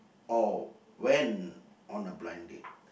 oh went on a blind date